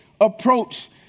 approach